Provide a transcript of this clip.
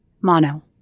Mono